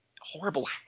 horrible